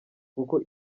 kuko